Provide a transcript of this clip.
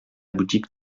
boutique